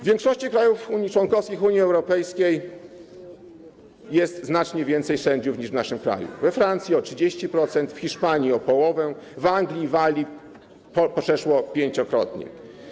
W większości krajów członkowskich Unii Europejskiej jest znacznie więcej sędziów niż w naszym kraju: we Francji - o 30%, w Hiszpanii - o połowę, w Anglii i Walii - przeszło pięciokrotnie.